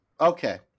Okay